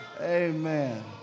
Amen